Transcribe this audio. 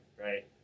right